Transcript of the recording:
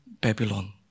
Babylon